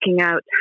out